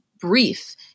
brief